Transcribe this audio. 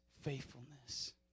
faithfulness